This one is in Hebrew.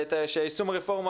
את יישום הרפורמה